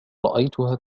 رأيتها